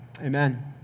amen